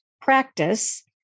practice